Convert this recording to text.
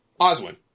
Oswin